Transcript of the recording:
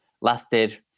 lasted